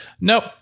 Nope